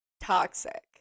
toxic